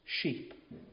sheep